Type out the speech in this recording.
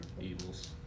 evils